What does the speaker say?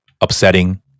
upsetting